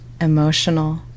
emotional